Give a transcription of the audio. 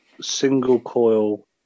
single-coil